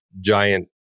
giant